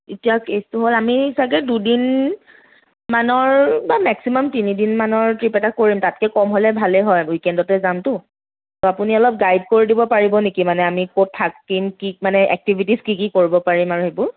এতিয়া কেচটো হ'ল আমি চাগে দুদিন মানৰ বা মেক্সিমাম তিনিদিন মানৰ ট্ৰিপ এটা কৰিম তাতকে কম হ'লে ভালেই হয় উইকেণ্ডতে যামটো আপুনি অলপ গাইড কৰি দিব পাৰিব নেকি মানে আমি ক'ত থাকিম কি মানে এক্টিভিটিজ কি কি কৰিব পাৰিম আৰু সেইবোৰ